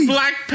Black